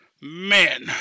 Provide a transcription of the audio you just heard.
Man